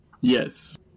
yes